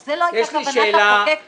זאת לא הייתה כוונת המחוקק מלכתחילה.